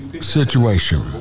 situation